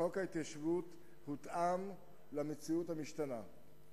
חוק ההתיישבות הותאם למציאות המשתנה.